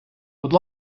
будь